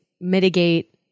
mitigate